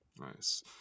Nice